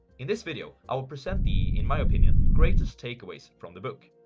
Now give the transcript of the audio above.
in this video, i will present the, in my opinion, greatest takeaways from the book.